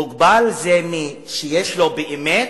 מוגבל זה מי שיש לו באמת,